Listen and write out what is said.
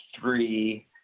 three